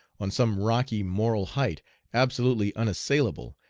on some rocky moral height absolutely unassailable,